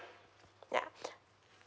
yeah